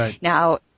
Now